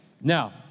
Now